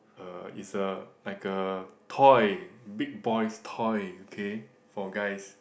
uh is a like a toy big boys toy okay for guys